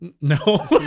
No